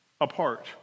apart